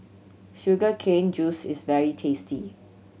sugar cane juice is very tasty